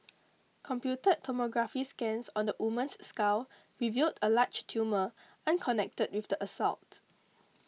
computed tomography scans on the woman's skull revealed a large tumour unconnected with the assault